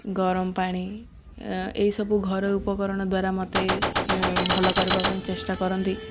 ଗରମ ପାଣି ଏହିସବୁ ଘରୋଇ ଉପକରଣ ଦ୍ୱାରା ମୋତେ ଭଲ କରିବା ପାଇଁ ଚେଷ୍ଟା କରନ୍ତି